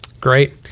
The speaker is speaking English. Great